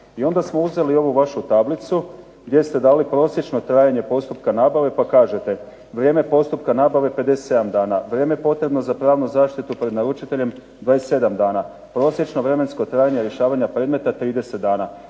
I onda smo uzeli ovu vašu tablicu gdje ste dali prosječno trajanje postupka nabave, pa kažete: "Vrijeme postupka nabave 57 dana, vrijeme potrebno za pravnu zaštitu pred naručiteljem 27 dana, prosječno vremensko trajanje predmeta 30 dana".